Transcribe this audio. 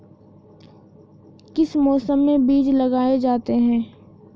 किस मौसम में बीज लगाए जाते हैं?